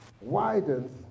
widens